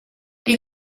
die